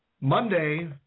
Monday